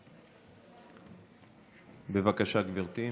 בבקשה, גברתי,